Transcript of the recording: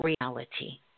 reality